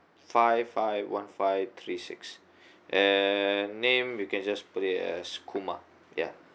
five five one five three six and name you can just put it as kumar ya